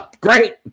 great